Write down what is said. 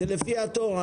זה לפי התור.